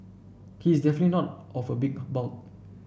he is definite not of a big bulk